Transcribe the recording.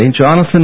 Jonathan